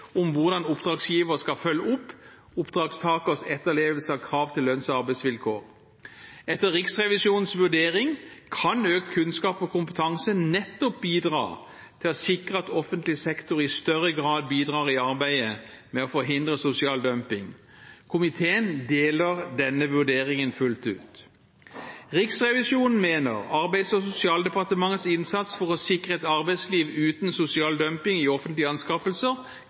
om hvordan oppdragsgiver skal følge opp oppdragstakers etterlevelse av krav til lønns- og arbeidsvilkår. Etter Riksrevisjonens vurdering kan økt kunnskap og kompetanse nettopp bidra til å sikre at offentlig sektor i større grad bidrar i arbeidet med å forhindre sosial dumping. Komiteen deler denne vurderingen fullt ut. Riksrevisjonen mener Arbeids- og sosialdepartementets innsats for å sikre et arbeidsliv uten sosial dumping i offentlige anskaffelser